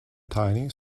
tiny